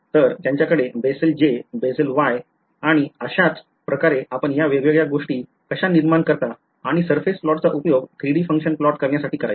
तर त्यांच्याकडे Bessel J Bessel Y आणि अशाच प्रकारे आपण या वेगवेगळ्या गोष्टी कशा निर्माण करता आणि surface प्लॉटचा उपयोग 3D फंक्शन प्लॉट करण्यासाठी करायचा